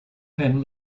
ten